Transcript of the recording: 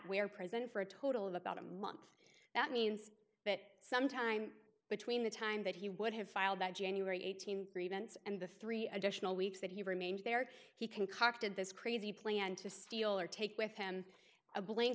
where present for a total of about a month that means that sometime between the time that he would have filed that january eighteenth events and the three additional weeks that he remained there he concocted this crazy plan to steal or take with him a blank